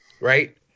Right